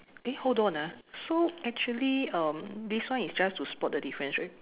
eh hold on ah so actually um this one is just to spot the difference right